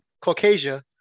Caucasia